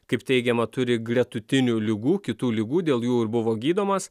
kaip teigiama turi gretutinių ligų kitų ligų dėl jų ir buvo gydomas